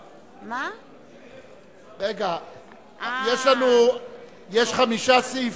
רגע, יש חמישה סעיפים.